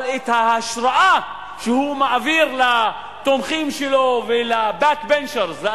את ההשראה שהוא מעביר לתומכים שלו ולאנשים